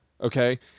Okay